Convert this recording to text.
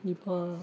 இப்போ